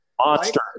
Monster